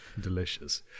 Delicious